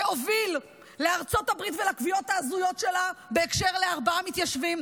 זה הוביל לארצות הברית ולקביעות ההזויות שלה בהקשר דל ארבעה מתיישבים,